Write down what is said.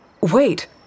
wait